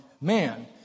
man